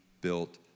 built